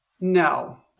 no